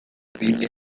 biblia